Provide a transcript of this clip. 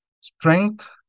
Strength